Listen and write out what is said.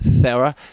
Sarah